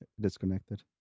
Disconnected